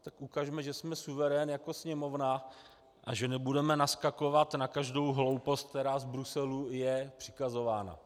Tak ukažme, že jsme suverén jako Sněmovna a že nebudeme naskakovat na každou hloupost, která je z Bruselu přikazována.